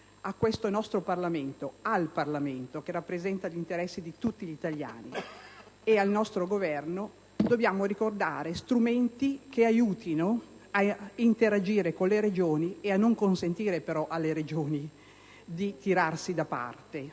a questo nostro Parlamento che rappresenta gli interessi di tutti gli italiani e al nostro Governo dobbiamo ricordare strumenti che aiutino a interagire con le Regioni, senza consentire però a queste ultime di tirarsi da parte